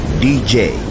DJ